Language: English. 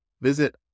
Visit